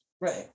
Right